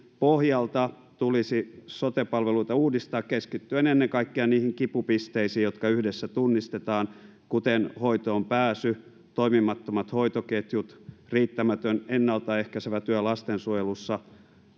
pohjalta tulisi sote palveluita uudistaa keskittyen ennen kaikkea niihin kipupisteisiin jotka yhdessä tunnistetaan kuten hoitoonpääsy toimimattomat hoitoketjut riittämätön ennalta ehkäisevä työ lastensuojelussa